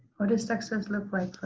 what does success look like for